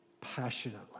passionately